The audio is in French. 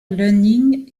learning